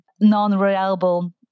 Non-reliable